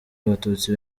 abatutsi